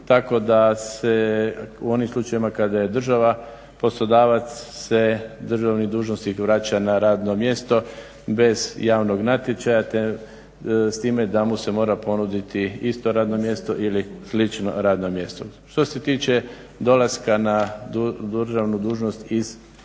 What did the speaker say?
tako da se u onim slučajevima kada je država poslodavac se državni dužnosnik vraća na radno mjesto bez javnog natječaja s time da mu se mora ponuditi isto radno mjesto ili slično radno mjesto. Što se tiče dolaska na državnu dužnost iz realnog